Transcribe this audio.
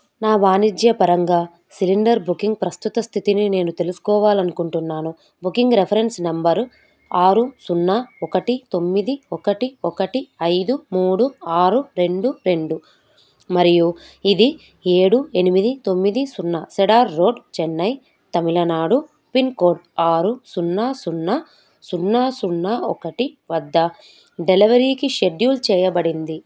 నా వాణిజ్యపరంగా cylinder booking ప్రస్తుత స్థితిని నేను తెలుసుకోవాలి అనుకుంటున్నాను బుకింగ్ రిఫరెన్స్ నంబర్ ఆరు సున్నా ఒకటి తొమ్మిది ఒకటి ఒకటి ఐదు మూడు ఆరు రెండు రెండు మరియు ఇది ఏడు ఎనిమిది తొమ్మిది సున్నా cedar road Chennai Tamil Nadu pin code ఆరు సున్నా సున్నా సున్నా సున్నా ఒకటి వద్ద డెలివరీకి షెడ్యూల్ చేయబడింది